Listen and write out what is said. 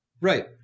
Right